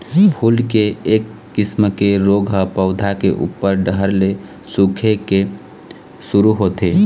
फूल के एक किसम के रोग ह पउधा के उप्पर डहर ले सूखे के शुरू होथे